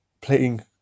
playing